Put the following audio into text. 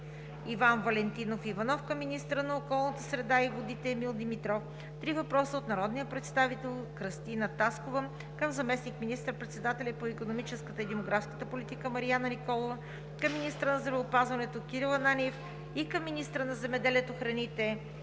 Иван Валентинов Иванов към министъра на околната среда и водите Емил Димитров; - три въпроса от народния представител Кръстина Таскова към заместник министър-председателя по икономическата и демографската политика Марияна Николова; към министъра на здравеопазването Кирил Ананиев; и към министъра на земеделието, храните